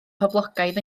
poblogaidd